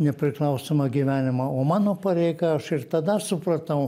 nepriklausomą gyvenimą o mano pareiga aš ir tada supratau